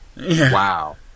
Wow